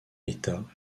état